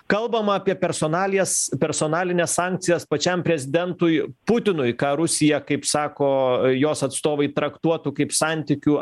kalbama apie personalijas personalines sankcijas pačiam prezidentui putinui ką rusija kaip sako jos atstovai traktuotų kaip santykių